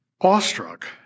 Awestruck